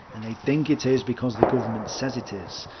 and they think it is because the government says it is.